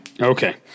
okay